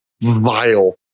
vile